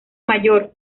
mayor